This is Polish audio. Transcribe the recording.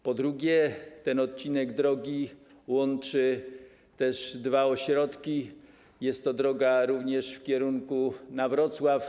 Po drugie, ten odcinek drogi łączy dwa ośrodki, jest to droga również w kierunku na Wrocław.